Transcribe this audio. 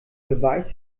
beweis